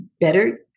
better